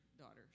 daughter